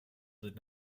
did